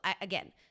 again